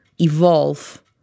evolve